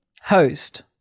Host